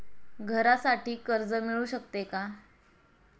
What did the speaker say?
घरासाठी कर्ज मिळू शकते का?